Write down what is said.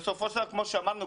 בסופו של דבר כמו שאמרנו,